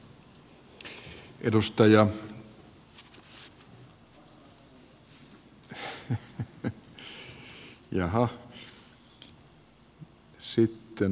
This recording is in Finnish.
arvoisa puhemies